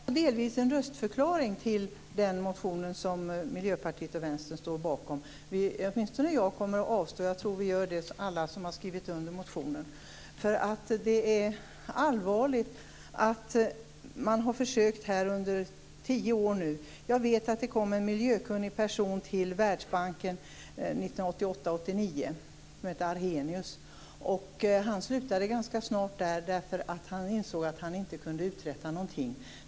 Fru talman! Detta var delvis en röstförklaring till den motion som Miljöpartiet och Vänstern står bakom. Men jag tror att alla som har skrivit under motionen kommer att avstå från att stödja den. Jag vet att det kom en miljökunnig person till Världsbanken 1988-1989 vid namn Arrhenius. Han slutade ganska snart eftersom han insåg att han inte kunde uträtta någonting.